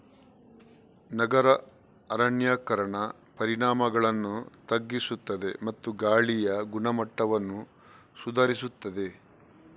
ನಗರ ಅರಣ್ಯೀಕರಣ ಪರಿಣಾಮಗಳನ್ನು ತಗ್ಗಿಸುತ್ತದೆ ಮತ್ತು ಗಾಳಿಯ ಗುಣಮಟ್ಟವನ್ನು ಸುಧಾರಿಸುತ್ತದೆ